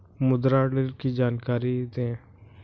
मुद्रा ऋण की जानकारी दें?